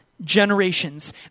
generations